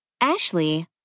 Ashley